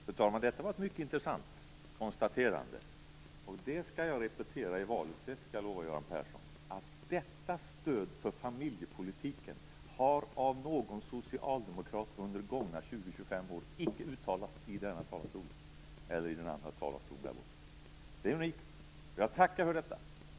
Fru talman! Detta var ett mycket intressant konstaterande. Det skall jag repetera i valet - det kan jag lova Göran Persson. Detta stöd för familjepolitiken har icke av någon socialdemokrat under de senaste 20-25 åren uttalats i riksdagens talarstol. Det är unikt! Jag tackar för detta.